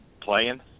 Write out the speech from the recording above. playing